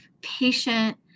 patient